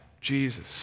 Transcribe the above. Jesus